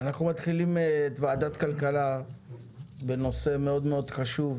אנחנו מתחילים את ועדת הכלכלה בנושא חשוב מאוד